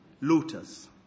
Looters